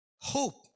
Hope